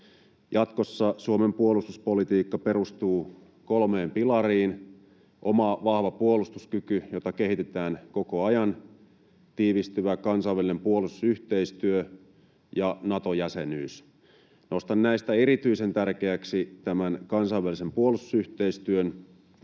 Jatkossa Suomen puolustuspolitiikka perustuu kolmeen pilariin: oma vahva puolustuskyky, jota kehitetään koko ajan, tiivistyvä kansainvälinen puolustusyhteistyö ja Nato-jäsenyys. Nostan näistä erityisen tärkeäksi kansainvälisen puolustusyhteistyön,